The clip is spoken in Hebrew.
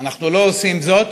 אנחנו לא עושים זאת,